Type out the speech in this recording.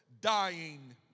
dying